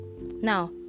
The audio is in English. Now